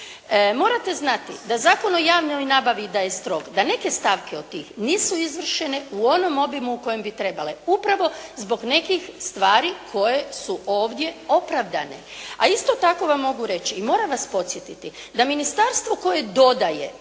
Morate znati, da Zakon o javnoj nabavi da je strog, da neke stavke nisu izvršene u onom obimu u kojem bi trebale, upravo zbog nekih stvari koje su ovdje opravdane, a isto tako vam mogu reći i moram vas podsjetiti da ministarstvo koje dodaje